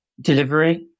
delivery